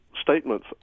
statements